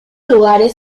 lugares